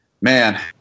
man